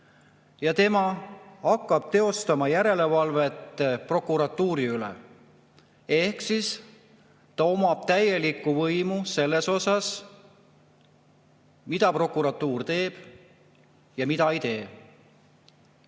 ja tema hakkab teostama järelevalvet prokuratuuri üle. Ehk siis ta omab täielikku võimu selle üle, mida prokuratuur teeb ja mida ei tee.